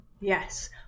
Yes